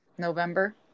November